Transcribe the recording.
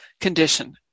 condition